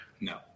no